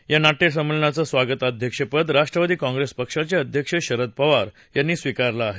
या नाट्य संमेलनाचं स्वागताध्यक्षपद राष्ट्रवादी काँप्रेस पक्षाचे अध्यक्ष शरद पवार यांनी स्वीकारलं आहे